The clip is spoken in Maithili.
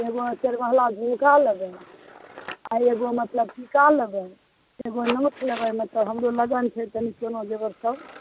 एगो चारि महला झुमका लेबय आओर एगो मतलब टीका लेबय एगो नथ लेबय मतलब हमरो छै तनि सोनो जेवर सभ